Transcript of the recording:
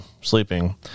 sleeping